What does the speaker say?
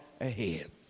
ahead